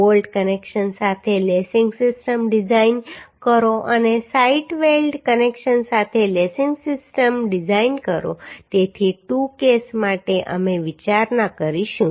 bolt connection સાથે lacing system design કરો અને સાઇટ વેલ્ડ કનેક્શન સાથે લેસિંગ સિસ્ટમ ડિઝાઇન કરો તેથી 2 કેસ માટે અમે વિચારણા કરીશું